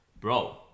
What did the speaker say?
bro